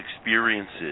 experiences